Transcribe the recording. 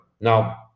Now